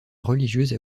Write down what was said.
religieuse